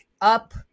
up